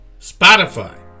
Spotify